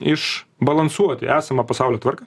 iš balansuoti esamą pasaulio tvarką